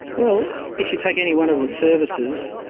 well, if you take any one of the services,